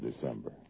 December